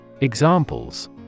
Examples